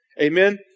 Amen